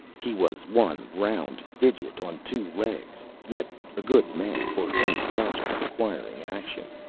he was one round fidget on two legs, yet a good man for any project requiring action.